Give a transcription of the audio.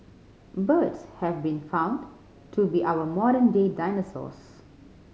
birds have been found to be our modern day dinosaurs